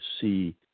see